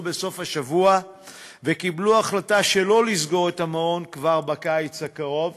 בסוף השבוע וקיבלו החלטה שלא לסגור את המעון כבר בקיץ הקרוב.